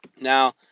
Now